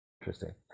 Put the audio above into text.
interesting